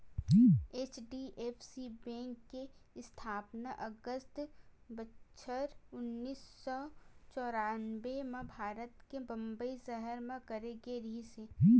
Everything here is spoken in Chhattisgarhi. एच.डी.एफ.सी बेंक के इस्थापना अगस्त बछर उन्नीस सौ चौरनबें म भारत के बंबई सहर म करे गे रिहिस हे